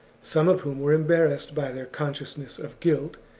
some of whom were embarrassed by their consciousness of guilt,